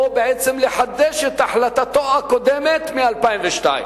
או בעצם לחדש את החלטתו הקודמת מ-2002.